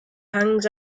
hangs